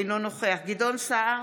אינו נוכח גדעון סער,